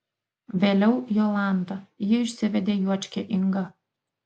vėliau jolanta ji išsivedė juočkę ingą